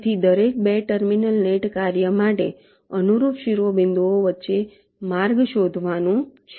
તેથી દરેક 2 terminal net કાર્ય માટે અનુરૂપ શિરોબિંદુઓ વચ્ચેનો માર્ગ શોધવાનું છે